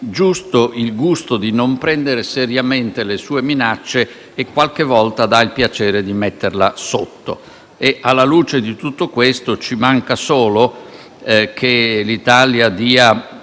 solo il gusto di non prendere seriamente le sue minacce e qualche volta il piacere di metterla sotto. Alla luce di tutto questo, ci manca solo che l'Italia dia